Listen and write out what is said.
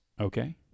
Okay